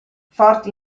forti